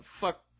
fuck